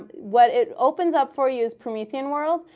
what it opens up for you is promethean world.